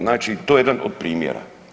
Znači, to je jedan od primjera.